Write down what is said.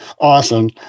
Awesome